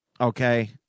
Okay